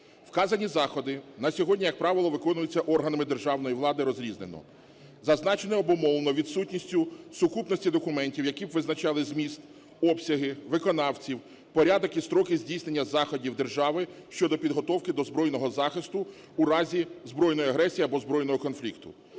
Вказані заходи на сьогодні, як правило, виконуються органами державної влади розрізнено, зазначено і обумовлено відсутністю сукупності документів, які б визначали зміст, обсяги виконавців, порядок і строки здійснення заходів держави щодо підготовки до збройного захисту у разі збройної агресії або збройного конфлікту.